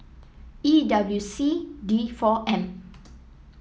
E W C D four M